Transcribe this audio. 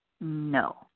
No